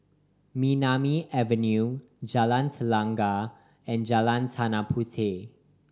Nemesu Avenue Jalan Telang and Jalan Tanah Puteh